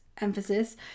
emphasis